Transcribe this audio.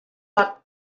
moat